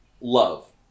love